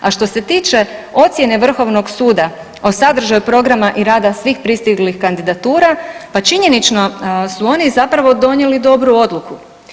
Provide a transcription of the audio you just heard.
A što se tiče ocjene Vrhovnog suda o sadržaju programa i rada svih pristiglih kandidatura, pa činjenično su oni zapravo donijeli dobru odluku.